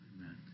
Amen